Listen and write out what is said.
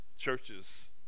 churches